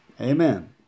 Amen